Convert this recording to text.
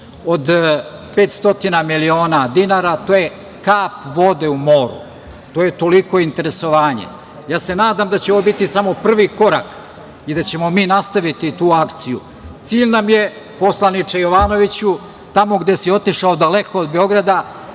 od 500 miliona dinara, to je kap vode u moru, to je toliko interesovanje. Ja se nadam da će ovo biti samo prvi korak i da ćemo mi nastaviti tu akciju. Cilj nam je, poslaniče Jovanoviću, tamo gde si otišao daleko od Beograda